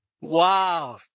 Wow